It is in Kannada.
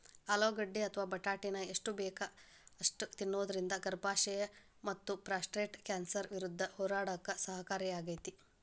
ಆಲೂಗಡ್ಡಿ ಅಥವಾ ಬಟಾಟಿನ ಎಷ್ಟ ಬೇಕ ಅಷ್ಟ ತಿನ್ನೋದರಿಂದ ಗರ್ಭಾಶಯ ಮತ್ತಪ್ರಾಸ್ಟೇಟ್ ಕ್ಯಾನ್ಸರ್ ವಿರುದ್ಧ ಹೋರಾಡಕ ಸಹಕಾರಿಯಾಗ್ಯಾತಿ